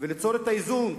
וגם ליצור את האיזון.